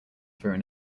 through